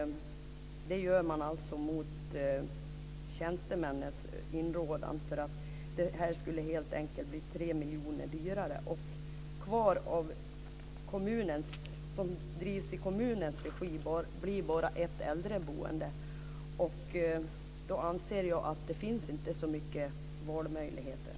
Detta gör man mot tjänstemännens inrådan. Det här skulle nämligen bli 3 miljoner dyrare. Kvar i kommunens regi blir bara ett äldreboende. Då anser jag inte att det finns så mycket valmöjligheter.